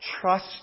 trust